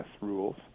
rules